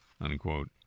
unquote